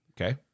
Okay